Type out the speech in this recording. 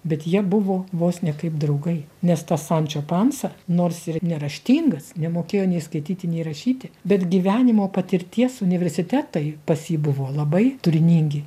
bet jie buvo vos ne kaip draugai nes tas sančio pansa nors ir neraštingas nemokėjo nei skaityti nei rašyti bet gyvenimo patirties universitetai pas jį buvo labai turiningi